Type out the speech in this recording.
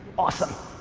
awesome.